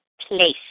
place